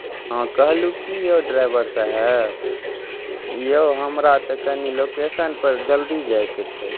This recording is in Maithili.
हँ कहलहुँ की यौ ड्राइवर साहब यौ हमरा तऽ कनी लोकेशनपर जल्दी जाइके छै